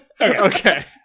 Okay